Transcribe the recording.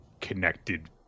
connected